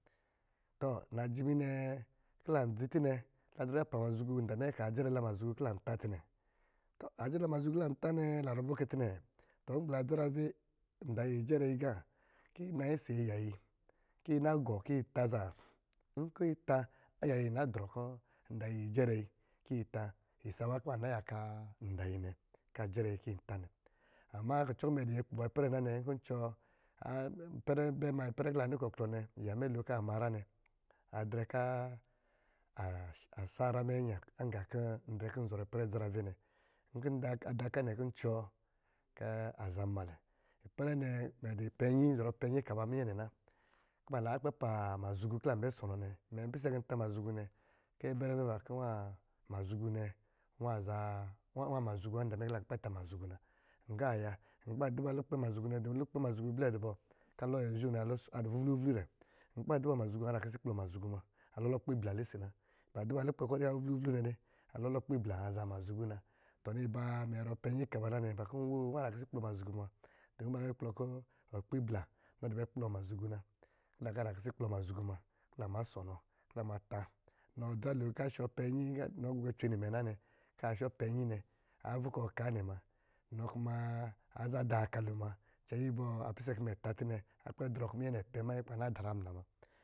Tɔ, najimi kɔ̄ lan dzi tɔ nɛ, la dɔ̄ nɛ pa mazhugu nda mɛ kaa jɛrɛ la muzhugu kɔ̄ lan tá tɔ nɛ, a jɛrɛ la muzhugu kɔ̄ lan tá nɛɛ lan zɔrɔ lubɔ̄ lɛ tɔ nɛ? La adzarave nda yi a jɛrɛ yi agá nkɔ̄ yi nayi ɔsɔ̄ aya yi kɔ̄ yi nagɔ kɔ̄ yi tá zá, aya yi na drɔ kɔ̄ nda yi ajɛrɛ yi kɔ̄ yi ta yin saawa kɔ̄ ban na yaka nda yi nɛ kɔ̄ ajɛrɛ yi kɔ̄ yin tá nɛ, ama kucɔ imɛ dɔ̄ yɛkpo ba ipɛrɛ nɛ nanɛ nkɔ̄ ncuwɔ ipɛrɛ bɛ ma kɔ̄ la ni klɔ klɔ nɛ iya mɛlo kɔ̄ aa ma hyrá nɛ adrɛ kɔ̄ a sá nyrá mɛ nnya agá kɔ̄ ndrɛ kɔ̄ nzɔrɔ ipɛrɛ idzarave mɛ mɛ, nkɔ̄ nda ka nɛ, a da ka nɛ kɔ̄ ncuwɔ kɔ̄ a zamnmalɛ ipɛrɛ mɛ dɔ̄ ipɛ nnyi nzɔrɔ pɛnnyi ka ba minye nɛ na, kɔ̄ lakpɛ pa mazhugu kɔ̄ lan bɛsɔnɔ nɛ mɛn pisɛ kɔ̄ ntá mazhugu nɛ, kɔ̄ abɛrɛ kɔ̄ mazhugu nɛ, uwá mazhugu nda mɛ kɔ̄ ilan kpɛ tá mazhugu muna, nkɔ̄ ayɛ, ba duba lukpɛ a mazhugu nɛ, dumu lukpɛ mazhugu ablɛ dɔ̄ bɔ kɔ̄ alɔ nyɛzhe nɛ adɔ vuvlu-vuvlu dɛ́, nkɔ̄ ba duba mazhugu nɛ azaa kisis kplɔɔ mazhugu muna a lɔlɔ kpi blə lisi na, ba duba lukpɛ kɔ avuvlu nɛ de a lɔlɔ gvi blai wa azaa mazhugu na, t- ni ba mɛ zɔrɔ pɛ nnyi ka ba na nɛ bakɔ̄ nwoo a zaa kisi kplɔɔ mazhugu mna, dumu bagu kplɨ kɔ̄ ɔkpi blá inɔ dɔ̄ bɛ kplɔɔ mazhugu na kɔ̄ la kɔ̄ azaa kisi kplɔɔ mazhugu muna, kɔ̄ la ma sɔnɔ kɔ̄ la matá nɔ dza lo shɔ pɛ nnyi kɔ̄ inɔ gbɛ gbɛ cwe nimɛ na nɛ a zaa vukɔɔ ɔka nɛ muna inɔ kumaa aza daa ɔka lo muna cɛnnyi ibɔ? Inɔ pisɛ kɔ̄ mɛ tá tɔ naa kpɛ drɔɔ ko minyɛ nɛ pɛ mannyi kɔ̄ ba na daraamla mna.